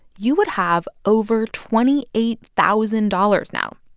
you would have over twenty eight thousand dollars now.